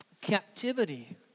captivity